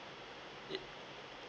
ya